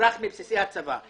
מוברח מבסיסי הצבא.